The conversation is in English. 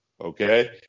Okay